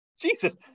Jesus